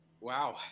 Wow